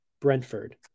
Brentford